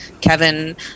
Kevin